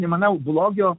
nemanau blogio